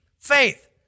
faith